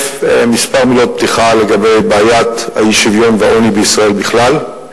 כמה מילות פתיחה לגבי בעיית האי-שוויון והעוני בישראל בכלל,